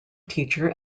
teacher